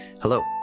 Hello